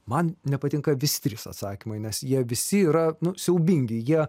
man nepatinka visi trys atsakymai nes jie visi yra siaubingi jie